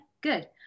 good